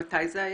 מתי זה היה?